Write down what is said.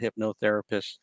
hypnotherapists